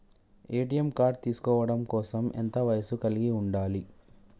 ATM card తీసుకోవడం కోసం ఎంత వయస్సు కలిగి ఉండాలి?